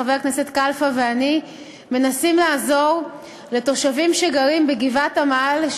חבר הכנסת קלפה ואני גם מנסים לעזור לתושבים שגרים בגבעת-עמל,